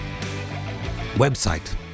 website